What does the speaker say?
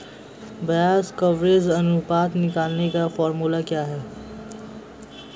ब्याज कवरेज अनुपात निकालने का फॉर्मूला क्या है?